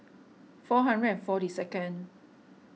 four hundred and forty second